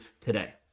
today